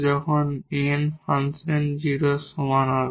যখন n function 0 এর সমান হবে